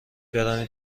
برویم